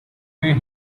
where